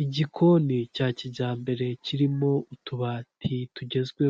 Ogisisi foiri biro akaba ari ibiro bifasha